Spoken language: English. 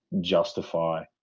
justify